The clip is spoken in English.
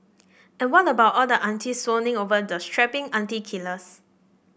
and what about all the aunties swooning over these strapping auntie killers